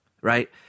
right